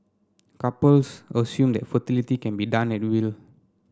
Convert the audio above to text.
couples assume that fertility can be done at